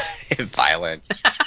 violent